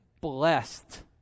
blessed